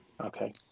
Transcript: Okay